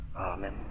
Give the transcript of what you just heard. Amen